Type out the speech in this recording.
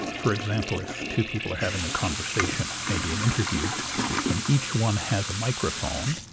for example if two people are having a conversation maybe an interview and each one has a microphone,